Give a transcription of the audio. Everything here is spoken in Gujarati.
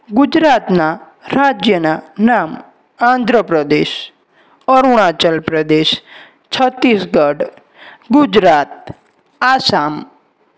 ગુજરાતના રાજ્યના નામ આંધ્ર પ્રદેશ અરુણાચલ પ્રદેશ છત્તીસગઢ ગુજરાત આસામ